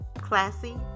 classy